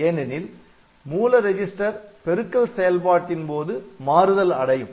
ஏனெனில் மூல ரிஜிஸ்டர் பெருக்கல் செயல்பாட்டின்போது மாறுதல் அடையும்